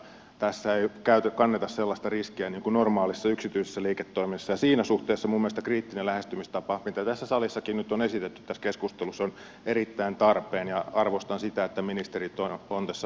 tässä ei kanneta sellaista riskiä kuin normaalissa yksityisessä liiketoiminnassa ja siinä suhteessa minun mielestäni kriittinen lähestymistapa mitä tässä salissakin nyt on esitetty tässä keskustelussa on erittäin tarpeen ja arvostan sitä että ministerit ovat tässä asiassa tilanteen päällä